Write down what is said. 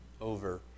over